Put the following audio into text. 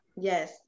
Yes